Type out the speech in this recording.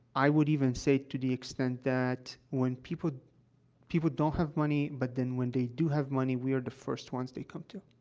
i would even say to the extent that when people people don't have money, but then, when they do have money, we are the first ones they come to.